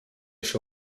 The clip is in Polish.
się